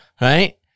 right